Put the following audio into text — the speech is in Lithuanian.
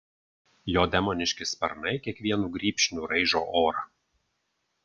jo demoniški sparnai kiekvienu grybšniu raižo orą